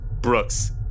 Brooks